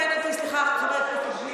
חבר הכנסת גליק,